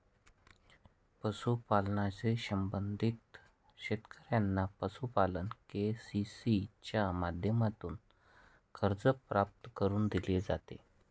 पशुपालनाशी संबंधित शेतकऱ्यांना पशुपालन के.सी.सी च्या माध्यमातून कर्ज प्राप्त करून दिले जाते